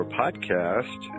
podcast